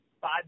five